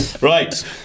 Right